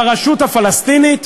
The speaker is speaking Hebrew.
ברשות הפלסטינית,